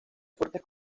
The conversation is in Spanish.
fuertes